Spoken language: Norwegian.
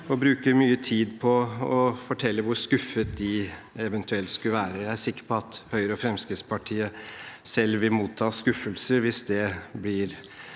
og bruker mye tid på å fortelle hvor skuffet de eventuelt burde være. Jeg er sikker på at Høyre og Fremskrittspartiet selv vil motta skuffelser hvis det blir